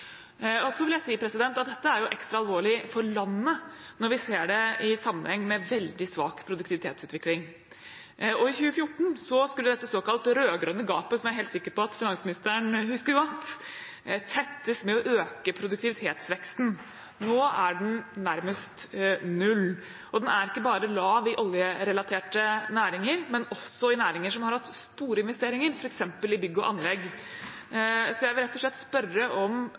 lavinntekt. Så vil jeg si at dette er ekstra alvorlig for landet når vi ser det i sammenheng med veldig svak produktivitetsutvikling. I 2014 skulle dette såkalte rød-grønne gapet, som jeg er helt sikker på at finansministeren husker godt, tettes ved å øke produktivitetsveksten. Nå er den nærmest null. Og den er ikke bare lav i oljerelaterte næringer, men også i næringer som har hatt store investeringer, f.eks. i bygg og anlegg. Så jeg vil rett og slett spørre om